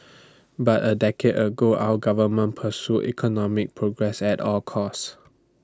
but A decade ago our government pursued economic progress at all costs